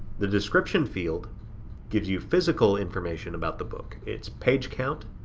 the description field gives you physical information about the book its page count,